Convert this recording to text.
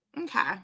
Okay